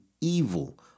evil